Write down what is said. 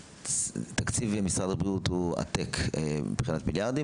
תקציב משרד הבריאות הוא עתק מבחינת מיליארדים.